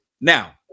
Now